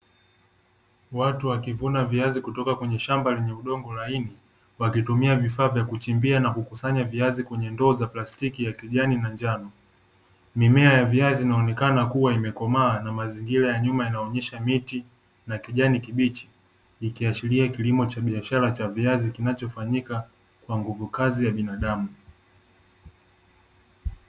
Watu wakivuna viazi kutoka kwenye shamba lenye udongo laini, wakitumia vifaa vya kuchimbia na kukusanya viazi kwenye ndoo za plastiki ya kijani, na njano. Mimea ya viazi inaonekana kuwa imekomaa, na mazingira ya nyuma yanaonyesha miti na kijani kibichi, ikiashiria kilimo cha biashara cha viazi kinachofanyika kwa nguvukazi ya binadamu.